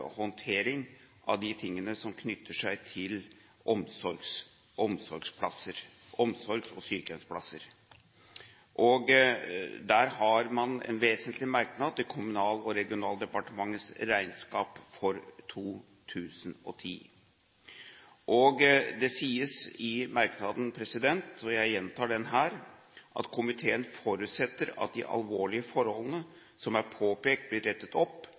håndtering av det som knytter seg til omsorgs- og sykehjemsplasser – til Kommunal- og regionaldepartementets regnskap for 2010. Det sies i merknaden: «Komiteen forutsetter at de alvorlige forholdene som er påpekt blir rettet opp,